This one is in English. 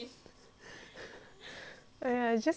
!aiya! you just listen to it